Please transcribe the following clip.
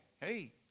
hey